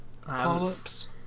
Polyps